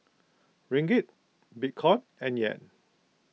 Ringgit Bitcoin and Yen